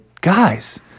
guys